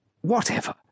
Whatever